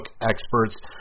experts